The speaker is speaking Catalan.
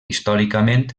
històricament